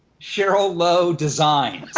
sheryl lowe designs.